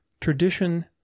tradition